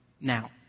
now